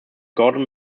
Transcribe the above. gordon